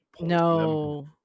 no